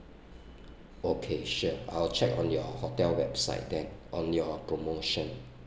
okay sure I'll check on your hotel website there on your promotion